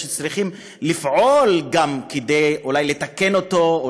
ושצריכים לפעול כדי לתקן אותו,